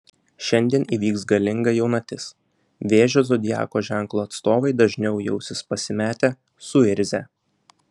šiandien įvyks galinga jaunatis vėžio zodiako ženklo atstovai dažniau jausis pasimetę suirzę